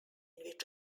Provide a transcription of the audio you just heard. which